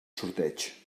sorteig